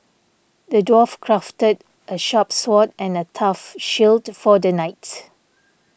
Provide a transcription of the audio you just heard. the dwarf crafted a sharp sword and a tough shield for the knight